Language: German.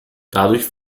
dadurch